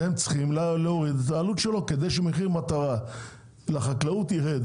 אתם צריכים להוריד את העלות שלו כדי שמחיר מטרה לחקלאות ירד,